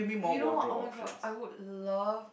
you know what I would love